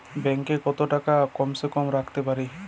Bank এ কত টাকা কম সে কম রাখতে পারি?